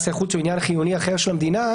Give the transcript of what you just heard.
יחסי חוץ או עניין חיוני אחר של המדינה,